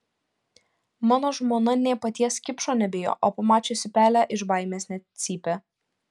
mano žmona nė paties kipšo nebijo o pamačiusi pelę iš baimės net cypia